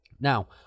Now